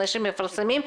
אנשים מפרסמים.